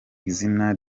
izina